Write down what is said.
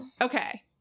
Okay